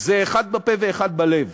זה אחד בפה ואחד בלב.